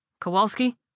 Kowalski